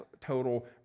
total